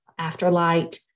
afterlight